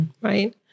right